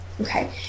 okay